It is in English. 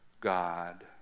God